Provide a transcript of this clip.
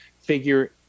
figure